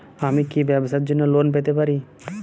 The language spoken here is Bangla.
আমি কি ব্যবসার জন্য লোন পেতে পারি?